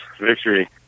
Victory